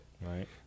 Right